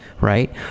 right